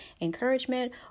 encouragement